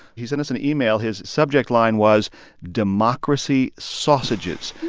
he sent us an email. his subject line was democracy sausages.